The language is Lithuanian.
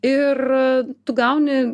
ir tu gauni